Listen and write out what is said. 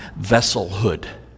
vesselhood